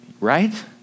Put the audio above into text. right